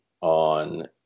on